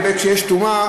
כשיש טומאה,